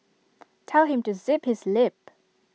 tell him to zip his lip